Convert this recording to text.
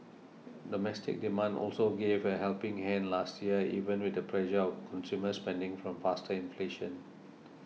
domestic demand also gave a helping hand last year even with the pressure on consumer spending from faster inflation